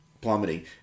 plummeting